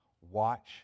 watch